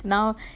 now